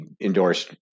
endorsed